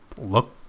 look